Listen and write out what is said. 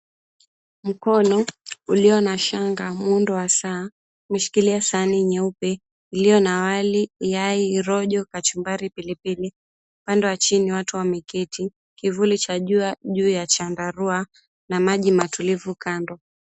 Mkono ulio na shanga muundo wa saa umeshikilia sahani nyeupe ilio na wali, yai, rojo, kachumbari, pilipili, upande wa chini watu wameketi, kivuli cha jua juu ya chandarua na maji matulivu kando.